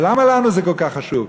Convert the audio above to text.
ולמה לנו זה כל כך חשוב?